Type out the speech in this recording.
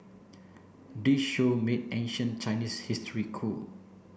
this show made ancient Chinese history cool